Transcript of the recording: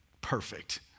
perfect